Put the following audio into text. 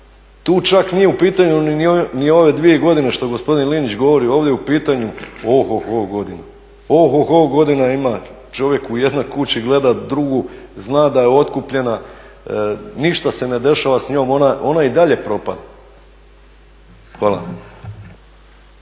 tu čak nije u pitanju ni ove dvije godine što gospodin Linić govori, ovdje je u pitanju ohoho godina, ohoho godina ima čovjek u jednoj kući gleda drugu, zna da je otkupljena, ništa se ne dešava s njom, ona i dalje propada. Hvala.